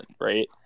right